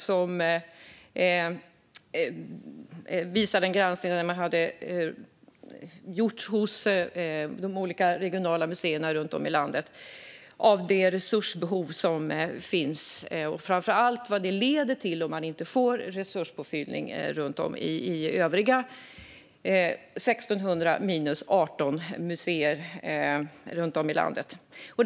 Man visade en granskning av resursbehoven hos de regionala museerna och framför allt vad det leder till om inte övriga 1 600 minus 18 museer runt om i landet får resurspåfyllning.